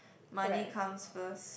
money comes first